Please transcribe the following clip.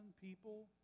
people